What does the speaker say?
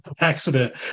accident